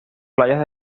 playas